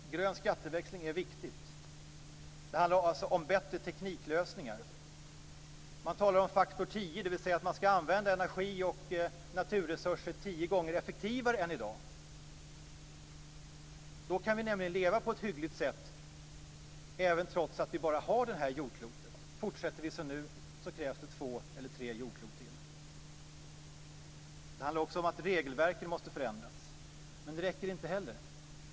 Grön skatteväxling är viktigt. Det handlar också om bättre tekniklösningar. Man talar om faktor 10, dvs. att man ska använda energi och naturresurser tio gånger effektivare än i dag. Då kan vi nämligen leva på ett hyggligt sätt trots att vi bara har det här jordklotet. Fortsätter vi som nu så krävs det två eller tre jordklot till. Det handlar också om att regelverket måste förändras, men det räcker inte heller.